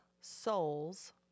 souls